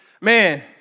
man